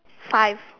five